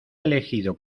elegido